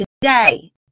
today